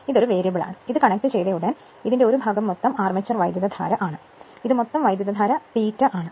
ഇത് ഒരു വേരിയബിളാണ് ഇത് കണക്റ്റുചെയ്തയുടൻ ഇതിന്റെ ഒരു ഭാഗം മൊത്തം അർമേച്ചർ വൈദ്യുതധാര ആണ് ഇത് മൊത്തം വൈദ്യുതധാര ∅ ആണ്